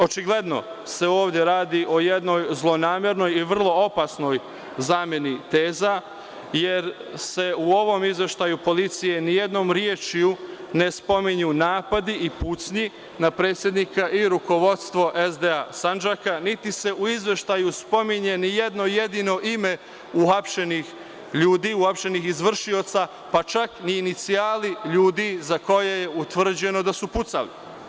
Očigledno se ovde radi o jednoj zlonamernoj i vrlo opasnoj zameni teza, jer se u ovom izveštaju policije ni jednom rečju ne spominju napadi i pucnji na predsednika i rukovodstvo SDA Sandžaka, niti se u izveštaju spominje ni jedno jedino ime uhapšenih ljudi, uhapšenih izvršioca, pa čak ni inicijali ljudi za koje je utvrđeno da su pucali.